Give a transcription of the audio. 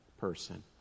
person